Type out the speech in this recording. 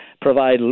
provide